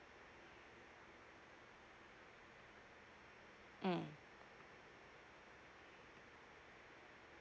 mm